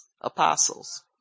apostles